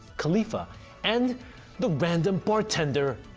kalifa and the random bartender,